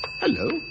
hello